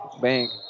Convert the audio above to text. bank